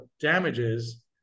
damages